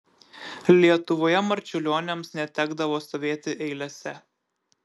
lietuvoje marčiulioniams netekdavo stovėti eilėse